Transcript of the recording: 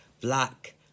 black